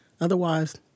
Otherwise